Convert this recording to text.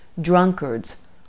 drunkards